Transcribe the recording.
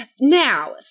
Now